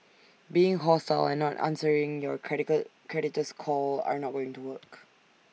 being hostile and not answering your creditor's call are not going to work